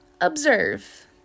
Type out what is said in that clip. observe